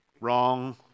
wrong